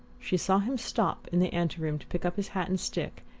she saw him stop in the ante-room to pick up his hat and stick,